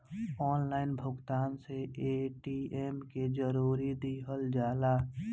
Online भुगतान में ATM के जानकारी दिहल जाला?